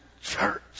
Church